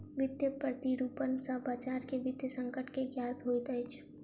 वित्तीय प्रतिरूपण सॅ बजार के वित्तीय संकट के ज्ञात होइत अछि